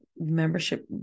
membership